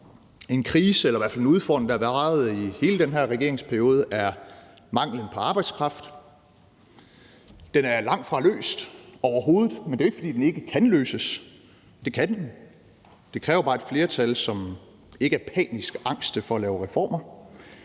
En krise – eller i hvert fald en udfordring – der har varet i hele den her regeringsperiode, er manglen på arbejdskraft. Den er langtfra løst, overhovedet, men det er jo ikke, fordi den ikke kan løses – det kan den. Det kræver bare et flertal, som ikke er panisk angst for at lave reformer.